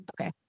Okay